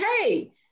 hey